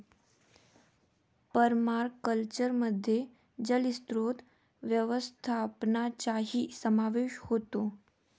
पर्माकल्चरमध्ये जलस्रोत व्यवस्थापनाचाही समावेश होतो